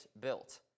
built